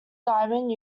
diamond